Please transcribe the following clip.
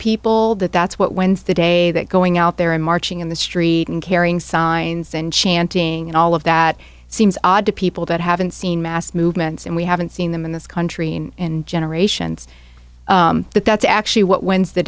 people that that's what wins the day that going out there and marching in the street and carrying signs and chanting and all of that seems odd to people that haven't seen mass movements and we haven't seen them in this country in generations that that's actually what when's the